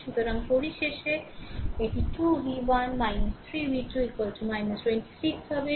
সুতরাং পরিশেষে এটি 2 V 1 3 V 2 26 হবে